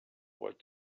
what